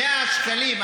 100 שקלים.